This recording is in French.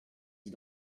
dis